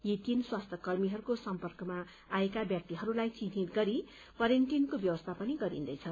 यी तीन स्वास्थ कर्मीहरूको सम्पर्कमा आएका व्यक्तिहरूलाई चिन्हित गरी क्वारान्टाइनको व्यवस्था पनि गरिन्दैछ